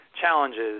challenges